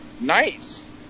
nice